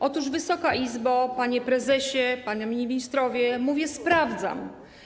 Otóż, Wysoka Izbo, panie prezesie, panowie ministrowie, mówię: sprawdzam.